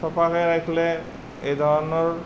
ছফাক ৰাখিলে এই ধৰণৰ